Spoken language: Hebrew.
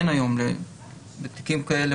אין היום בתיקים כאלה,